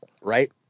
right